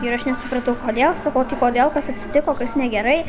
ir aš nesupratau kodėl sakau o tai kodėl kas atsitiko kas negerai